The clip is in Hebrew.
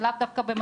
שלאו דווקא,